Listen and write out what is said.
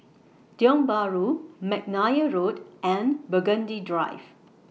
Tiong Bahru Mcnair Road and Burgundy Drive